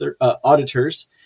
auditors